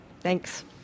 Thanks